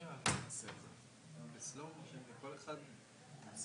אז אותו דבר באופן מידתי